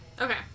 okay